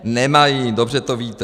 Nemají, dobře to víte.